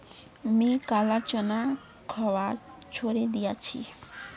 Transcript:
मी काला चना खवा छोड़े दिया छी